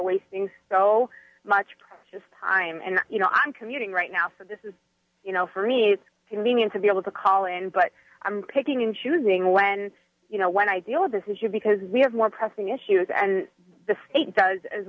wasting so much just time and you know i'm commuting right now so this is you know for me it's convenient to be able to call in but i'm picking and choosing when you know when i deal with this issue because we have more pressing issues and the state does as